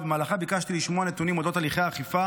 ובמהלכה ביקשתי לשמוע נתונים על אודות הליכי האכיפה